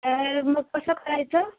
तर मग कसं करायचं